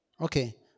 Okay